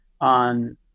on